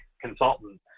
consultant